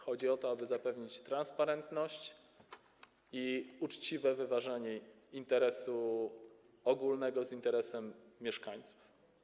Chodzi o to, aby zapewnić transparentność i uczciwe wyważenie interesu ogólnego z interesem mieszkańców.